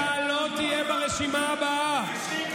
אתה לא תהיה ברשימה הבאה.